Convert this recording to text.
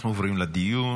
אנחנו עוברים לדיון.